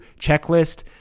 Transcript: checklist